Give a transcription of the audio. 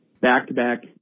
back-to-back